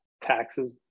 taxes